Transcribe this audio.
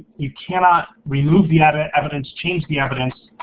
you cannot remove the and evidence, change the evidence,